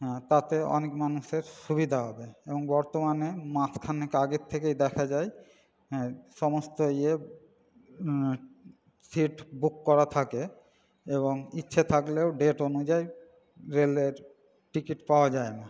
তাতে অনেক মানুষের সুবিধা হবে এবং বর্তমানে মাসখানেক আগের থেকেই দেখা যায় হ্যাঁ সমস্ত ইয়ে সিট বুক করা থাকে এবং ইচ্ছে থাকলেও ডেট অনুযায়ী রেলের টিকিট পাওয়া যায় না